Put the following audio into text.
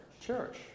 church